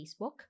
facebook